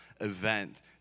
event